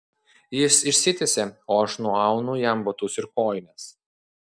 jis išsitiesia o aš nuaunu jam batus ir kojines